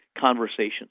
conversations